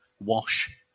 wash